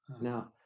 Now